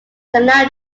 canal